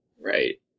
Right